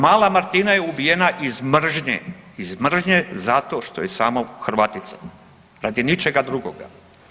Mala Martina je ubijena iz mržnje, iz mržnje zato što je samo Hrvatica, radi ničega drugoga.